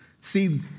See